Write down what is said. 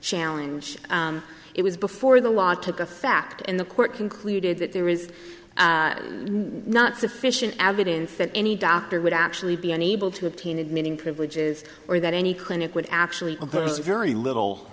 challenge it was before the law took effect in the court concluded that there is not sufficient evidence that any doctor would actually be unable to obtain admitting privileges or the at any clinic with actually a person very little